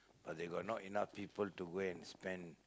but they got not enough people to go and spend